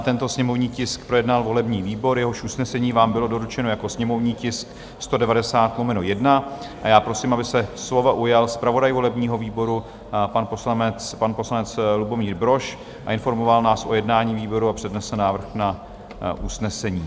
Tento sněmovní tisk projednal volební výbor, jehož usnesení vám bylo doručeno jako sněmovní tisk 190/1, a já prosím, aby se slova ujal zpravodaj volebního výboru, pan poslanec Lubomír Brož, a informoval nás o jednání výboru a přednesl návrh na usnesení.